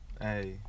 Hey